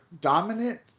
dominant